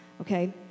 Okay